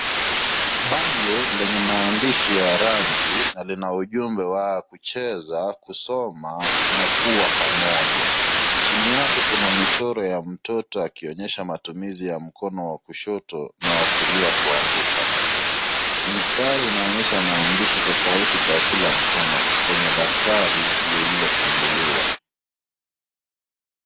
Bango lenye maandishi ya rangi lina ujumbe wa kucheza, kusoma na kuwa pamoja. Chini yake kuna michoro ya mtoto akionyesha matumizi ya mkono wa kushoto na wa kulia kuandika. Mistari inaonyesha maandishi tofauti kwa kila mkono kwenye daftari lilofunguliwa.